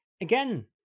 again